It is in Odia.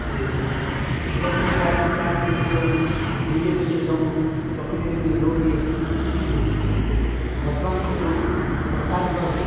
ସେ ଜମି ବାଡ଼ି ଚାଷ କରିକି ସବୁ ନିଜେ ନିଜେ ସବୁ ଚପଲି ଦେଇକିରି ରୋଡ଼କେ ଚୁଟି ଦଉଥିଲେ ବର୍ତ୍ତମାନ କିନ୍ତୁ ସରକାରଙ୍କର